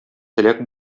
теләк